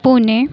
Pune